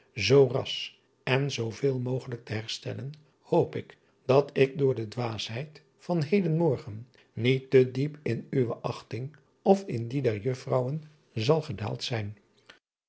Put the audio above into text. zoo ras en zooveel mogelijk te herstellen hoop ik dat ik door de dwaasheid van heden morgen niet te diep in uwe achting of in die der uffrouwen zal gedaald zijn